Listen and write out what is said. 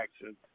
action